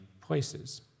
places